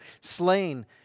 slain